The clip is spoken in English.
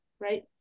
right